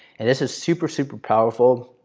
and this is super, super powerful.